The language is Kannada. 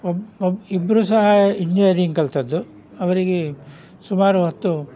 ಒಬ್ಬ ಒಬ್ಬ ಇಬ್ಬರು ಸಹ ಇಂಜಿನಿಯರಿಂಗ್ ಕಲಿತದ್ದು ಅವರಿಗೆ ಸುಮಾರು ಹತ್ತು